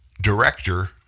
director